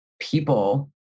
people